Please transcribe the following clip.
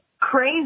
crazy